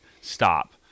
stop